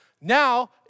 Now